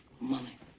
money